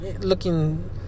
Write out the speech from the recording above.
looking